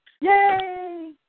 Yay